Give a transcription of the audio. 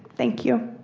thank you.